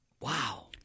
Wow